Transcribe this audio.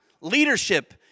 leadership